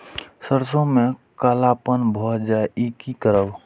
सरसों में कालापन भाय जाय इ कि करब?